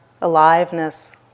aliveness